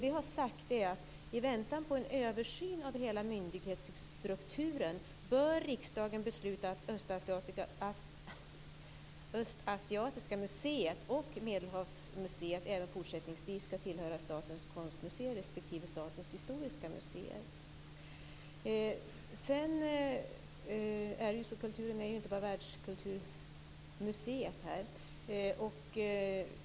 Vi har sagt att i väntan på en översyn av hela myndighetsstrukturen bör riksdagen besluta att Östasiatiska museet och Medelhavsmuseet även fortsättningsvis skall tillhöra Statens konstmuseer respektive Sedan är ju kulturen inte bara Världskulturmuseet.